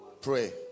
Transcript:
Pray